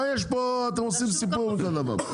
למה אתם עושים סיפור מכל דבר?